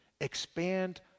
Expand